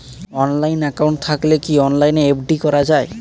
Online account থাকলে কি অনলাইনে এফ.ডি করা যায়?